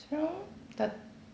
it's around thirt~